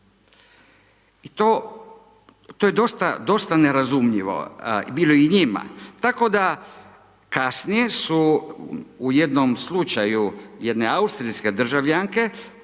to je dosta nerazumljivo, bilo i njima, tako da kasnije su u jednom slučaju jedne Austrijske državljanke